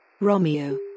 Romeo